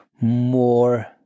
more